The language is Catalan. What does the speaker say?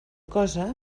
cosa